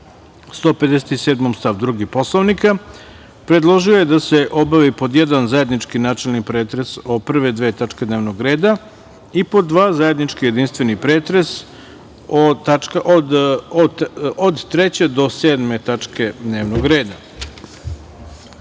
157. stav 2. Poslovnika, predložio je da se obavi:1. zajednički načelni pretres o prve dve tačke dnevnog reda, i2. zajednički jedinstveni pretres od 3. do 7. tačke dnevnog reda. Da